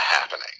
Happening